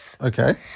Okay